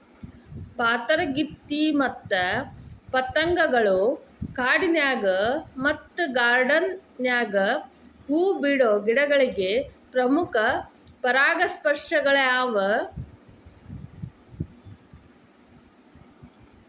ಪಾತರಗಿತ್ತಿ ಮತ್ತ ಪತಂಗಗಳು ಕಾಡಿನ್ಯಾಗ ಮತ್ತ ಗಾರ್ಡಾನ್ ನ್ಯಾಗ ಹೂ ಬಿಡೋ ಗಿಡಗಳಿಗೆ ಪ್ರಮುಖ ಪರಾಗಸ್ಪರ್ಶಕಗಳ್ಯಾವ